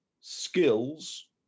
skills